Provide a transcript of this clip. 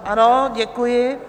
Ano, děkuji.